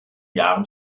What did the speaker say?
jahren